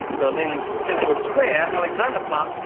berlin's central square, alexanderplatz,